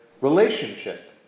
relationship